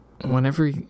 whenever